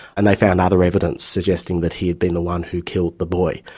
and they found other evidence suggesting that he had been the one who killed the boy.